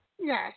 Yes